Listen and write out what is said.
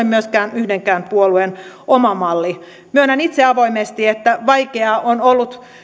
myöskään yhdenkään puolueen oma malli myönnän itse avoimesti että vaikeaa on ollut